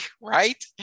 Right